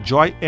Joy